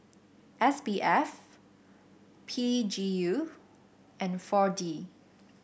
S B F P G U and four D